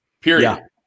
period